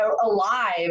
alive